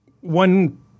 One